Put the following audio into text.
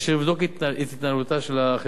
וזה יבדוק את התנהלותה של החברה.